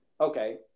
okay